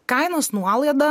kainos nuolaida